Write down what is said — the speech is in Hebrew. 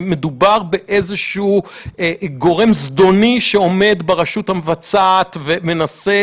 שמדובר באיזשהו גורם זדוני שעומד ברשות המבצעת ומנסה